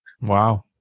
Wow